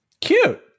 Cute